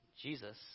Jesus